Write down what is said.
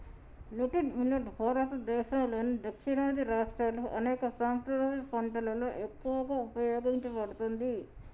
little millet భారతదేసంలోని దక్షిణాది రాష్ట్రాల్లో అనేక సాంప్రదాయ పంటలలో ఎక్కువగా ఉపయోగించబడుతుంది